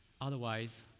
otherwise